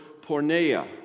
porneia